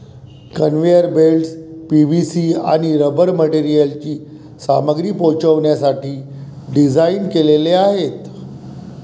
conveyor belts PVC आणि rubber मटेरियलची सामग्री पोहोचवण्यासाठी डिझाइन केलेले आहेत